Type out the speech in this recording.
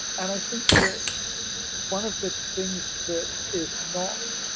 and i think that one of the things that is not,